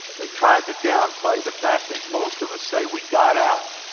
they've tried to downplay the fact that most of us say we got out.